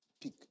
Pick